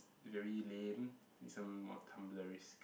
very lame need some more Tumblr risk